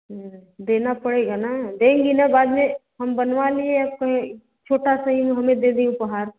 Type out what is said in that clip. देना पड़ेगा ना देंगी ना बाद में हम बनवा लिए तो ये छोटा सा ही हमें दे दी उपहार